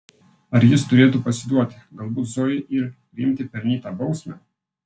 ar jis turėtų pasiduoti galbūt zojai ir priimti pelnytą bausmę